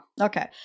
Okay